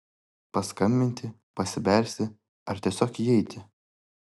paskambinti pasibelsti ar tiesiog įeiti